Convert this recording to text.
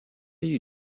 you